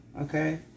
okay